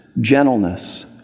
gentleness